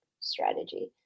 strategy